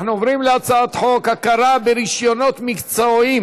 אנחנו עוברים להצעת חוק הכרה ברישיונות מקצועיים